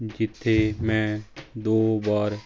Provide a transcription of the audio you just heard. ਜਿੱਥੇ ਮੈਂ ਦੋ ਵਾਰ